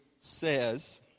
says